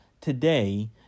today